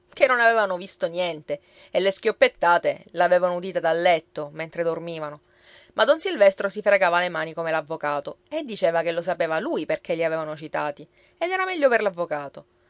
che non avevano visto niente e le schioppettate l'avevano udite dal letto mentre dormivano ma don silvestro si fregava le mani come l'avvocato e diceva che lo sapeva lui perché li avevano citati ed era meglio per